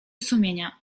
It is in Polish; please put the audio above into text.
sumienia